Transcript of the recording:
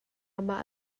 mah